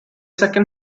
second